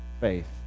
faith